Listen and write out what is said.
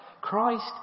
Christ